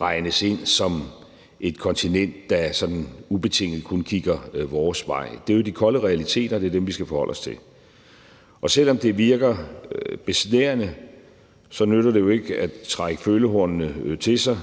regnes ind som et kontinent, der sådan ubetinget kun kigger vores vej. Det er jo de kolde realiteter, og det er dem, vi skal forholde os til, og selv om det virker besnærende, nytter det jo ikke at trække følehornene til sig,